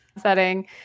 setting